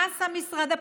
מה עשה משרד הפנים?